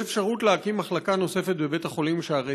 יש אפשרות להקים מחלקה נוספת בבית-החולים שערי